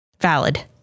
Valid